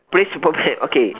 play super pet okay